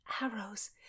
arrows